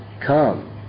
come